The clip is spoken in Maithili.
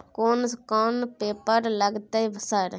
कोन कौन पेपर लगतै सर?